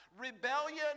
Rebellion